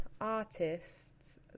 artists